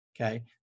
okay